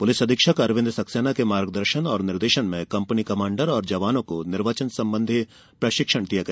police अधीक्षक अरविन्द सक्सेना के मार्गदर्शन और निर्देशन में कंपनी कमांडर और जवानों को निर्वाचन संबंधी प्रशिक्षण दिया गया